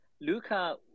LUCA